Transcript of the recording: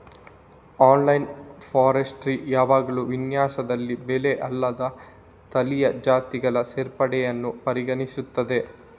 analogue forestry ಯಾವಾಗಲೂ ವಿನ್ಯಾಸದಲ್ಲಿ ಬೆಳೆ ಅಲ್ಲದ ಸ್ಥಳೀಯ ಜಾತಿಗಳ ಸೇರ್ಪಡೆಯನ್ನು ಪರಿಗಣಿಸುತ್ತದೆ